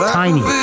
tiny